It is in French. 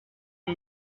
les